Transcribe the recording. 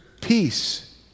peace